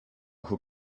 who